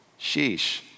Sheesh